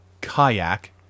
kayak